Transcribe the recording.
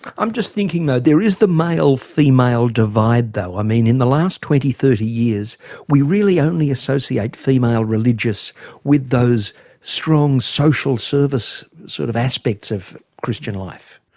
i'm just thinking though, there is the male-female divide though i mean in the last twenty thirty years we really only associate female religious with those strong social service sort of aspects of christian life.